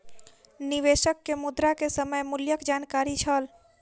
निवेशक के मुद्रा के समय मूल्यक जानकारी छल